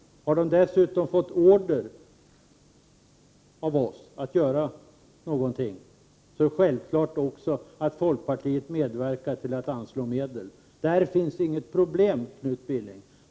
Har regeringen dessutom fått order av riksdagen att göra något, medverkar folkpartiet självfallet till att medel anslås. På den punkten finns inga problem, Knut Billing.